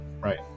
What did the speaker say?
Right